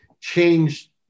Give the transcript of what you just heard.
change